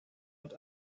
und